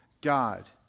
God